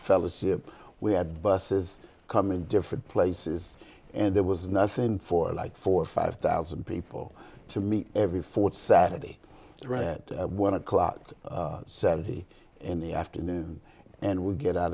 fellowship we had buses coming to different places and there was nothing for like four or five thousand people to meet every fourth saturday read one o'clock saturday in the afternoon and we get out